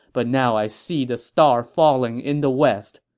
but now i see the star falling in the west.